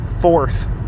fourth